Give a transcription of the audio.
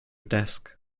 desk